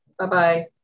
Bye-bye